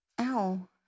Ow